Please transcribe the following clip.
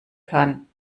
kann